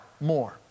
more